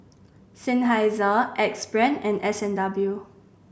Seinheiser Axe Brand and S and W